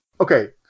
Okay